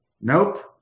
nope